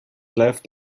left